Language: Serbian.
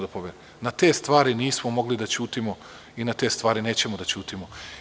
Na te stvari nismo mogli da ćutimo i na te stvari nećemo da ćutimo.